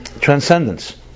transcendence